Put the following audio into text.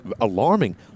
alarming